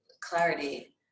clarity